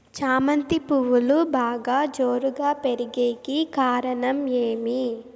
చామంతి పువ్వులు బాగా జోరుగా పెరిగేకి కారణం ఏమి?